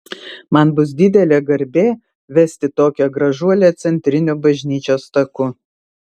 man bus didelė garbė vesti tokią gražuolę centriniu bažnyčios taku